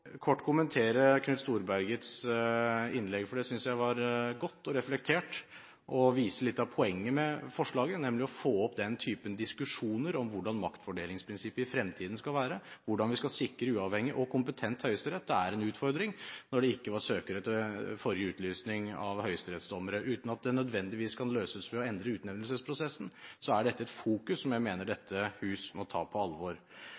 kort å kommentere Knut Storbergets innlegg, for det synes jeg var godt og reflektert og viser litt av poenget med forslaget, nemlig å få opp den typen diskusjoner om hvordan maktfordelingsprinsippet i fremtiden skal være, hvordan vi skal sikre en uavhengig og kompetent høyesterett. Det er en utfordring at det ikke var søkere ved forrige utlysning av høyesterettsdommere. Uten at det nødvendigvis kan løses ved å endre utnevnelsesprosessen, er dette et fokus som jeg mener dette hus må ta på alvor.